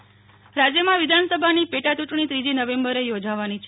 પેટા ચૂંટણી રાજ્યમાં વિધાનસભાની પેટાયૂંટણી ત્રીજી નવેમ્બરે યોજાવાની છે